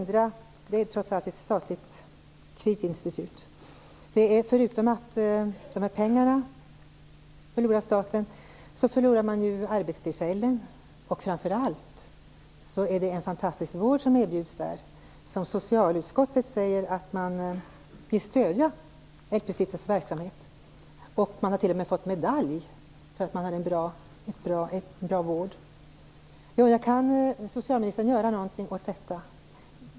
Det är trots allt ett statligt kreditinstitut. Förutom att staten förlorar de här pengarna förlorar man arbetstillfällen. Framför allt är det en fantastisk vård som erbjuds där. Socialutskottet säger att man vill stödja LP-stiftelsens verksamhet, och stiftelsen har t.o.m. fått medalj för den vård man ger. Kan socialministern göra något åt detta?